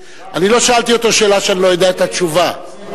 אני לא שאלתי אותו שאלה שאני לא יודע את התשובה עליה.